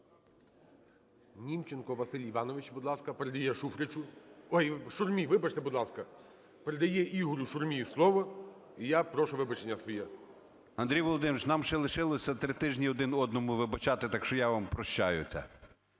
Німченко Василь Іванович, будь ласка, передає Шуфричу. Ой, Шурмі, вибачте, будь ласка. Передає Ігорю Шурмі слово. І я приношу вибачення своє. 10:49:32 ШУРМА І.М. Андрій Володимирович, нам ще лишилося 3 тижні один одному вибачати, так що я вам прощаю це.